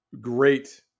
Great